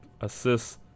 assists